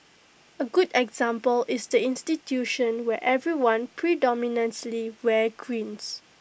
A good example is the institution where everyone predominantly wears greens